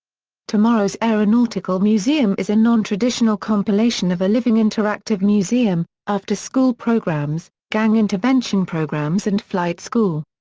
tomorrow's aeronautical museum is a non-traditional compilation of a living interactive museum, after-school programs, gang intervention programs and flight school.